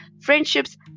friendships